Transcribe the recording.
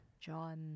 John